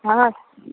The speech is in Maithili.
हँ